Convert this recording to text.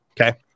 Okay